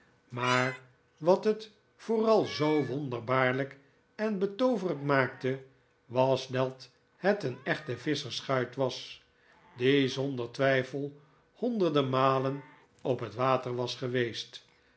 maar wat het vooral zoo wonderbaarlijk en betooverend maakte was dat het een echte visschersschuit was die zonder twijfel honderden malen op het water was geweest